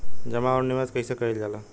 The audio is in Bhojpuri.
जमा और निवेश कइसे कइल जाला?